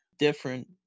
different